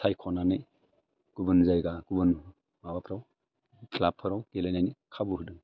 सायखनानै गुबुन जायगा गुबुन माबाफ्राव क्लाबफोराव गेलेायनि खाबु होदों